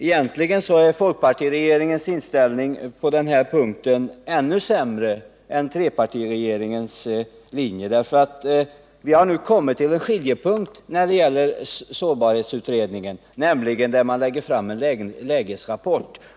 Egentligen är folkpartiregeringens inställning på denna punkt ännu sämre än trepartiregeringens linje, för vi har nu kommit fram till en skiljepunkt när det gäller sårbarhetsutredningen, nämligen där man lägger fram en lägesrapport.